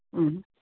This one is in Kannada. ಹ್ಞೂ